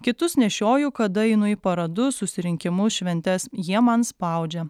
kitus nešioju kada einu į paradus susirinkimus šventes jie man spaudžia